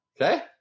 Okay